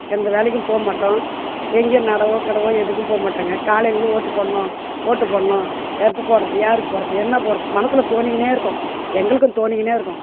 எந்த வேலைக்கும் போக மாட்டோம் எங்கேயோ நடவோ கிடவோ எதுக்கும் போக மாட்டங்க காலையிலேருந்து ஓட்டு போடணும் ஓட்டு போடணும் எப்போ போடுறது யாருக்கு போடுறது என்ன போடுறது மனதுல தோணிக்கின்னே இருக்கும் எங்களுக்கும் தோணிக்கின்னே இருக்கும்